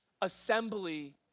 assembly